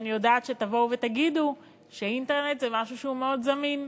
אני יודעת שתבואו ותגידו שאינטרנט זה משהו שהוא מאוד זמין.